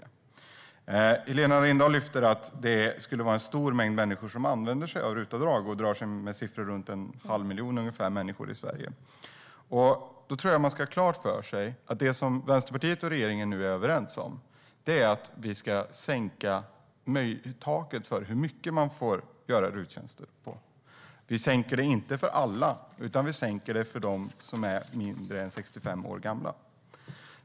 Enligt Helena Lindahl är det en stor mängd människor som använder sig av RUT-avdrag. Hon säger att det rör sig om ungefär en halv miljon människor i Sverige. Man ska ha klart för sig att det som Vänsterpartiet och regeringen nu är överens om är att vi ska sänka taket för hur stora RUT-avdrag man kan göra för tjänster. Vi sänker inte avdraget för alla. Vi sänker det för dem som är yngre än 65 år.